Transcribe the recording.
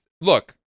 Look